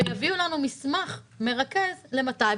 ויביאו לנו מסמך מרכז למתי.